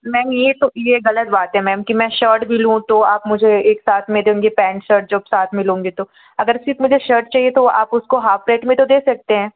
ma'am यह तो यह ग़लत बात है मैम कि मैं शर्ट भी लूँ तो आप मुझे एक साथ में देंगे पैंट शर्ट जब साथ में लूँगी तो अगर सिर्फ़ मुझे शर्ट चाहिए तो आप उसको हाफ़ रेट में तो दे सकते हैं